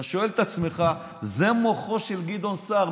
אתה שואל את עצמך: זה מוחו של גדעון סער.